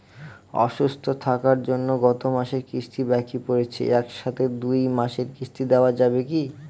অসুস্থ থাকার জন্য গত মাসের কিস্তি বাকি পরেছে এক সাথে দুই মাসের কিস্তি দেওয়া যাবে কি?